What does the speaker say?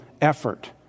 effort